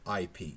IP